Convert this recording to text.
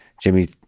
Jimmy